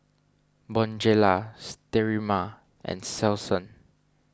Bonjela Sterimar and Selsun